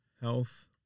health